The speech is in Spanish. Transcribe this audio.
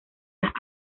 las